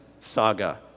saga